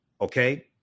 okay